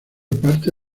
parte